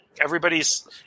Everybody's